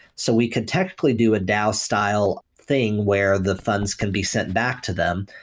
so we could technically do a dao style thing where the funds can be sent back to them,